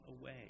away